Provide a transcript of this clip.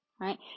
right